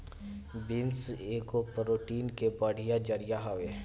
beans एगो protein के बढ़िया जरिया हवे